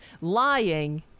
lying